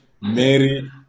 Mary